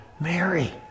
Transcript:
Mary